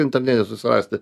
internete susirasti